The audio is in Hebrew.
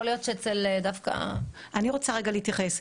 להיות שדווקא -- אני רוצה רגע להתייחס.